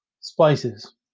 Spices